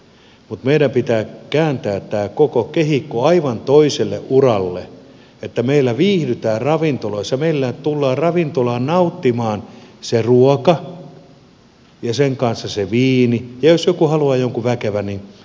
mutta meidän pitää kääntää tämä koko kehikko aivan toiselle uralle että meillä viihdytään ravintoloissa että meillä tullaan ravintolaan nauttimaan se ruoka ja sen kanssa se viini ja jos joku haluaa jonkun väkevän niin sitten ottaa